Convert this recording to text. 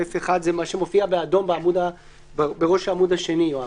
(א1) זה מה שמופיע באדום בראש העמוד השני, יואב.